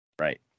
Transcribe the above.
Right